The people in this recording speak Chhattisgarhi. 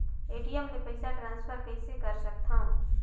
ए.टी.एम ले पईसा ट्रांसफर कइसे कर सकथव?